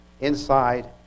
inside